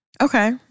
Okay